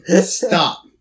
Stop